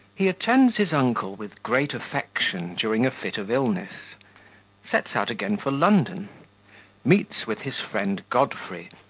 he attends his uncle with great affection during a fit of illness sets out again for london meets with his friend godfrey,